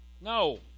no